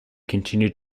continued